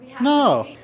no